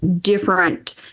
different